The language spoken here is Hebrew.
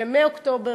שמאוקטובר,